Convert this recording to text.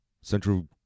Central